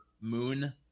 moon